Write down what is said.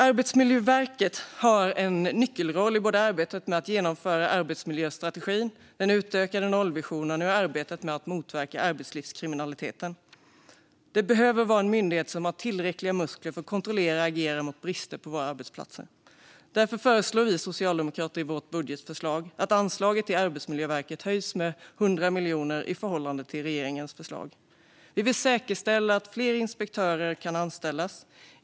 Arbetsmiljöverket har en nyckelroll i arbetet med arbetsmiljöstrategin och den utökade nollvisionen och i arbetet med att motverka arbetslivskriminaliteten. Det behövs en myndighet som har tillräckliga muskler att kontrollera och agera mot brister på våra arbetsplatser. Därför föreslår vi socialdemokrater i vårt budgetförslag att anslaget till Arbetsmiljöverket höjs med 100 miljoner i förhållande till regeringens förslag. Vi vill säkerställa att fler inspektörer kan anställas.